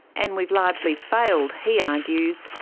and we've largely failed, he argues,